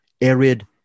arid